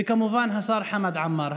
וכמובן חבר הכנסת חמד עמאר.